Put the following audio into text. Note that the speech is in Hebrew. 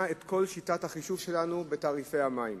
את כל שיטת החישוב שלנו בתעריפי המים.